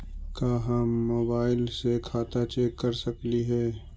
का हम मोबाईल से खाता चेक कर सकली हे?